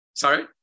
Sorry